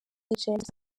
james